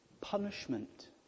punishment